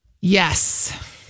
yes